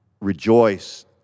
rejoice